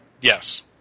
Yes